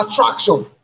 attraction